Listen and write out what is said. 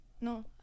no